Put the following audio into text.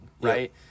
right